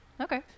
Okay